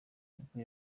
niko